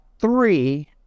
three